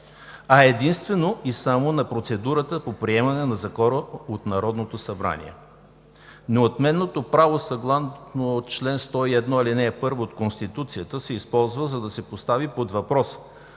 а единствено и само на процедурата по приемане на Закона от Народното събрание. Неотменното право съгласно чл. 101, ал. 1 от Конституцията се използва, за да се постави под въпрос